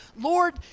Lord